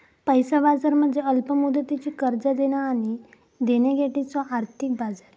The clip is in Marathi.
पैसा बाजार म्हणजे अल्प मुदतीची कर्जा देणा आणि घेण्यासाठीचो आर्थिक बाजार